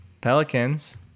Pelicans